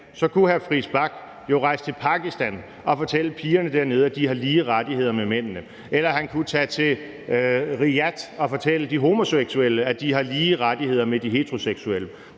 hr. Christian Friis Bach jo rejse til Pakistan og fortælle pigerne dernede, at de har samme rettigheder som mændene, eller han kunne tage til Riyadh og fortælle de homoseksuelle, at de har samme rettigheder som de heteroseksuelle.